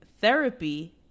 Therapy